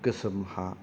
गोसोम हा